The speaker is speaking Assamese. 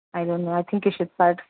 I don't know I think you should part